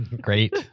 Great